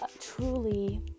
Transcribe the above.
truly